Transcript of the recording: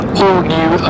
all-new